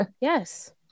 Yes